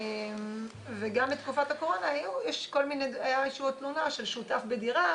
גם בתקופת הקורונה הייתה תלונה של שותף בדירה,